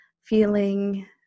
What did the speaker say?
feeling